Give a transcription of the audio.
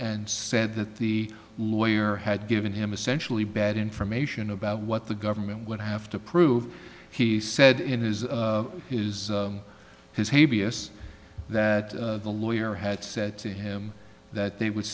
and said that the lawyer had given him essentially bad information about what the government would have to prove he said in his is his he b s that the lawyer had said to him that they would